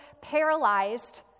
paralyzed